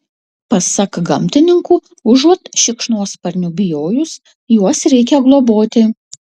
pasak gamtininkų užuot šikšnosparnių bijojus juos reikia globoti